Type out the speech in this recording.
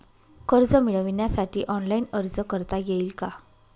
कर्ज मिळविण्यासाठी ऑनलाइन अर्ज करता येईल का?